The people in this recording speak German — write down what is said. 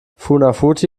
funafuti